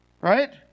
Right